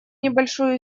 небольшую